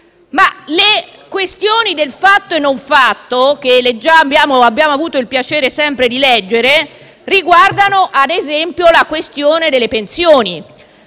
le questioni del fatto e non fatto, che già abbiamo avuto il piacere di leggere, riguardano, ad esempio, la vicenda delle pensioni